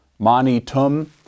manitum